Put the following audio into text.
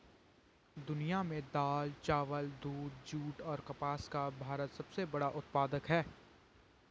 दुनिया में दाल, चावल, दूध, जूट और कपास का भारत सबसे बड़ा उत्पादक है